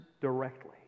directly